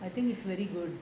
I think it's very good